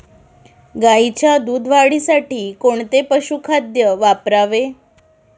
गाईच्या दूध वाढीसाठी कोणते पशुखाद्य वापरावे?